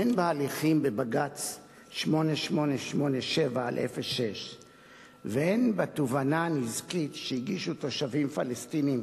הן בהליכים בבג"ץ 8887/06 והן בתובענה הנזיקית שהגישו תושבים פלסטינים